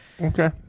okay